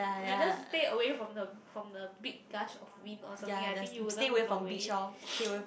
you just stay away from the from the big gust of wind or something I think it wouldn't blow away